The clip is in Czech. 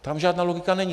Tam žádná logika není.